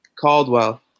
Caldwell